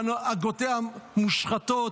שהנהגותיה מושחתות.